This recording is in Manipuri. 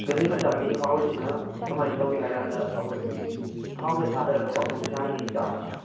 ꯀꯩꯊꯦꯜ ꯃꯆꯥꯒꯤ ꯍꯥꯎꯔꯤꯁꯤꯅ ꯀꯃꯥꯏꯅ ꯇꯧꯏ ꯍꯥꯏꯕ ꯀꯥꯟꯗ ꯑꯩꯈꯣꯏꯒꯤ ꯊꯥꯎꯗ ꯊꯥꯗꯔꯒ ꯐꯣꯡ ꯐꯣꯡ ꯁꯥꯔꯤꯉꯩꯗ ꯆꯥꯕꯁꯦ